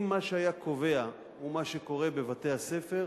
אם מה שהיה קובע הוא מה שקורה בבתי-הספר,